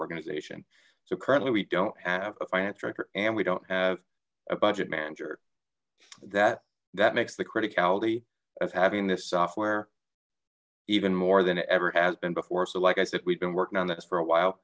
organization so currently we don't have a finance director and we don't have a budget manager that that makes the criticality of having this software even more than it ever has been before so like i said we've been working on this for a while